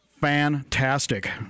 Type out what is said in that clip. fantastic